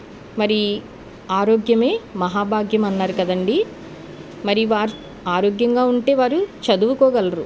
మరి ఆరోగ్యమే మహాభాగ్యం అన్నారు కదండి మరి వారు ఆరోగ్యంగా ఉంటే వారు చదువుకోగలరు